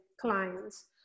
clients